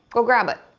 go grab it.